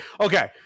okay